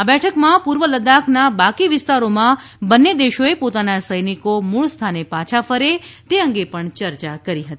આ બેઠકમાં પૂર્વ લદ્દાખના બાકી વિસ્તારોમાં બંને દેશોએ પોતાના સૈનિકો મૂળ સ્થાને પાછા ફરે તે અંગે પણ ચર્ચા કરી હતી